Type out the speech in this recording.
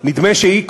נדמה שהיא,